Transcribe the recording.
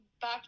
back